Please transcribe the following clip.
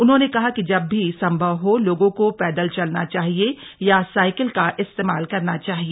उन्होंने कहा कि जब भी संभव हो लोगों को पैदल चलना चाहिए या साईकिल का इस्तेमाल करना चाहिए